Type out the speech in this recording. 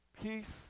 peace